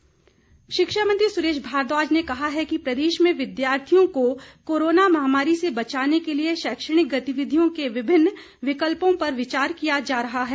भारद्वाज शिक्षा मंत्री सुरेश भारद्वाज ने कहा है कि प्रदेश में विद्यार्थियों को कोरोना महामारी से बचाने के लिए शैक्षणिक गतिविधियों के विभिन्न विकल्पों पर विचार किया जा रहा है